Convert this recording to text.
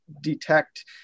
detect